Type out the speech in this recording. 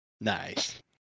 nice